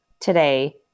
today